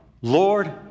Lord